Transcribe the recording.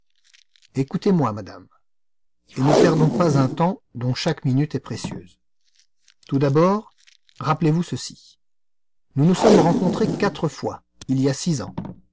écoutez-moi madame et ne perdons pas un temps dont chaque minute est précieuse tout d'abord rappelez-vous ceci nous nous sommes rencontrés quatre fois il y a six ans